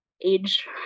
age